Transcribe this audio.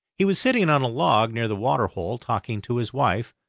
he was sitting on a log near the water-hole talking to his wife,